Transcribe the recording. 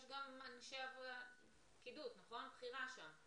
יש גם אנשי פקידות בכירה שם.